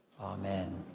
Amen